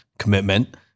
Commitment